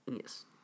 Yes